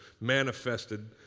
manifested